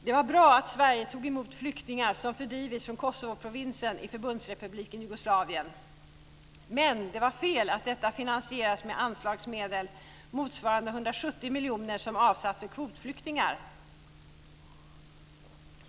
Det var bra att Sverige tog emot flyktingar som fördrivits från Kosovoprovinsen i Förbundsrepubliken Jugoslavien. Men det var fel att detta finansierades med anslagsmedel motsvarande 170 miljoner som avsatts för kvotflyktingar.